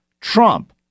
Trump